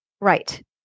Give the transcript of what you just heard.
Right